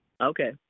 Okay